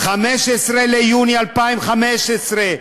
15 ביוני 2015,